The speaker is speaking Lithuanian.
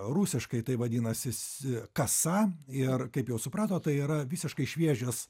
rusiškai tai vadinasis kasą ir kaip jau supratot tai yra visiškai šviežias